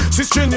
Sister